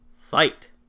fight